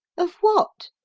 of what?